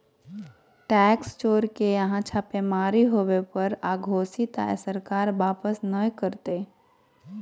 tax चोर के यहां छापेमारी होबो पर अघोषित आय सरकार वापस नय करतय